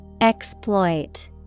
Exploit